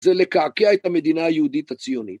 זה לקעקע את המדינה היהודית הציונית.